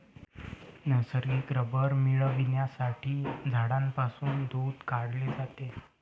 नैसर्गिक रबर मिळविण्यासाठी झाडांपासून दूध काढले जाते